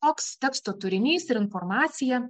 koks teksto turinys ir informacija